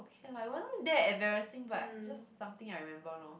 okay lah it wasn't that embarrassing but it's just something that I remember lor